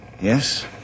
Yes